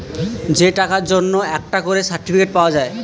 যে টাকার জন্যে একটা করে সার্টিফিকেট পাওয়া যায়